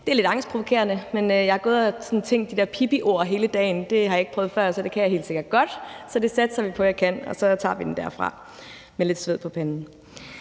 Det er lidt angstprovokerende, men jeg har gået og tænkt de der Pippiord hele dagen: Det har jeg ikke prøvet før, så det kan jeg helt sikkert godt. Så det satser vi på at jeg kan. Så tager vi den derfra med lidt sved på panden.